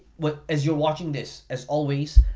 but as you're watching this, as always,